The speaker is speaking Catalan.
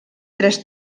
tres